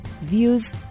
views